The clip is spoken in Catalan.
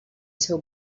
seu